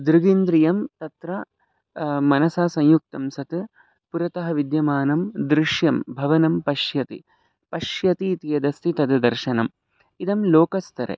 दृगिन्द्रियं तत्र मनसा संयुक्तं सत् पुरतः विद्यमानं दृष्यं भवनं पश्यति पश्यति इति यद् अस्ति तद् दर्शनम् इदं लोकस्तरे